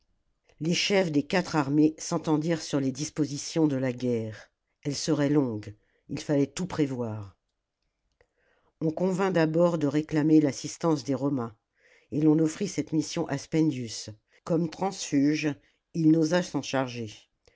les chefs des quatre armées s'entendirent sur les dispositions de la guerre elle serait longue il fallait tout prévoir on convint d'abord de réclamer l'assistance des romains et l'on offrit cette mission à spendius comme transfuge il n'osa s'en charger